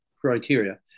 criteria